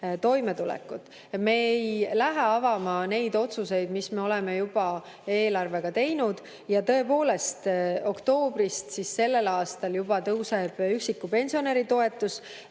Me ei lähe avama neid otsuseid, mis me oleme juba eelarvega teinud, ja tõepoolest, juba selle aasta oktoobris tõuseb üksiku pensionäri toetus.